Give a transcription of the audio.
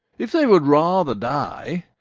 if they would rather die,